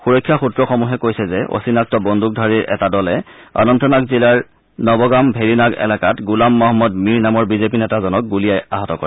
সুৰক্ষা সূত্ৰসমূহে কৈছে যে অচিনাক্ত বন্দুকধাৰী এটা দলে অনন্তনাগ জিলাৰ নৱগাম ভেৰিনাগ এলেকাত গুলাম মহম্মদ মীৰ নামৰ বিজেপি নেতাজনক গুলীয়াই আহত কৰে